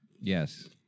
Yes